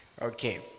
Okay